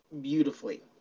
beautifully